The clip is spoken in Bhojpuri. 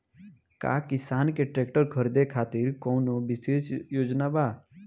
का किसान के ट्रैक्टर खरीदें खातिर कउनों विशेष योजना बा?